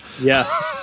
yes